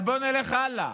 אבל בואו נלך הלאה.